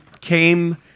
came